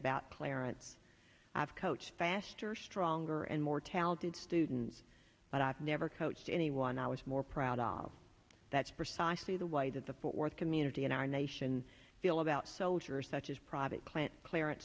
about clarence i've coached faster stronger and more talented students but i've never coached anyone i was more proud of that's precisely the white at the fort worth community in our nation feel about soldiers such as private client clar